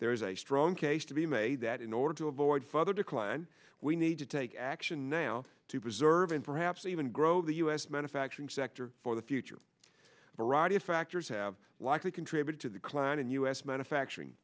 there is a strong case to be made that in order to avoid further decline we need to take action now to preserve and perhaps even grow the u s manufacturing sector for the future variety of factors have likely contribute to the cloud and u s manufacturing